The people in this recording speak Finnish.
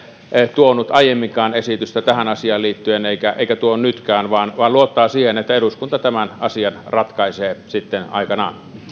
tuonut aiemminkaan esitystä tähän asiaan liittyen eikä eikä tuo nytkään vaan vaan luottaa siihen että eduskunta tämän asian ratkaisee sitten